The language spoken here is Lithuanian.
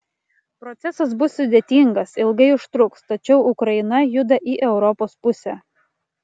procesas bus sudėtingas ilgai užtruks tačiau ukraina juda į europos pusę